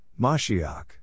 Mashiach